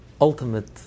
ultimate